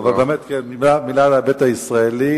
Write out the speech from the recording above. אבל באמת מלה על ההיבט הישראלי.